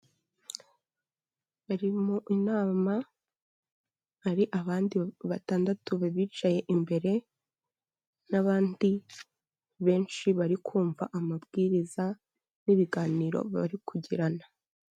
Bari mu inama, hari abandi batandatu bicaye imbere n'abandi benshi bari kumva amabwiriza n'ibiganiro bari kugirana.